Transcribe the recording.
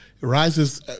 rises